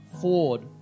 Ford